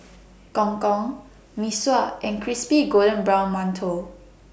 Gong Gong Mee Sua and Crispy Golden Brown mantou